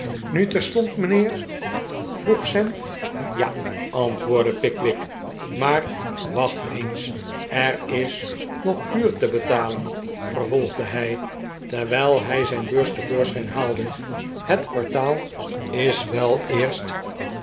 nu terstond mijnheer vroeg sam ja antwoordde pickwick maar wacht eens er is nog huur te betalen vervolgde hij terwijl hij zijn beurs te voorschijn haalde het kwartaal is wel eerst